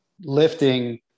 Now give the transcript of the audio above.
lifting